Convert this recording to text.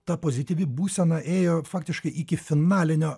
ta pozityvi būsena ėjo faktiškai iki finalinio